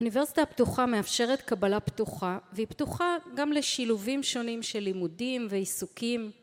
אוניברסיטה הפתוחה מאפשרת קבלה פתוחה והיא פתוחה גם לשילובים שונים של לימודים ועיסוקים